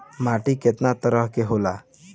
माटी केतना तरह के होला?